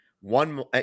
One